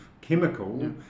chemical